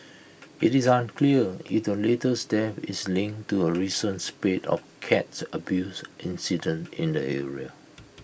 IT is unclear IT latest death is link to A recent spate of cats abuse incidents in the area